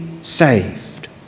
saved